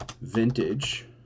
Vintage